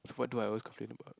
it's what do I always complain about